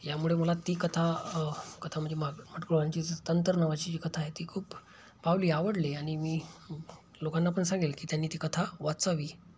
यामुळं मला ती कथा कथा म्हणजे मा माडगूळकरांची सत्तांतर नावाची जी कथा आहे ती खूप भावली आवडली आणि मी लोकांना पण सांगेल की त्यांनी ती कथा वाचावी